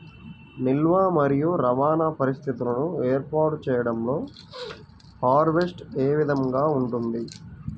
నిల్వ మరియు రవాణా పరిస్థితులను ఏర్పాటు చేయడంలో హార్వెస్ట్ ఏ విధముగా ఉంటుంది?